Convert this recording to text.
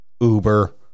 Uber